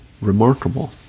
remarkable